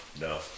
no